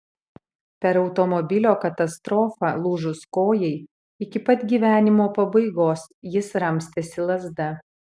per automobilio katastrofą lūžus kojai iki pat gyvenimo pabaigos jis ramstėsi lazda